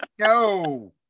No